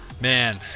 Man